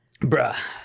Bruh